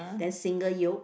then single yolk